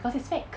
because it's fake